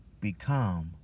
Become